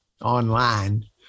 online